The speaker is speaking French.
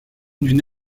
d’une